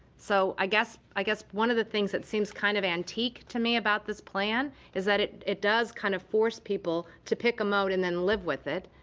so, i guess i guess one of the things that seems kind of antique to me about this plan is that it it does kind of force people to pick a mode and then live with it,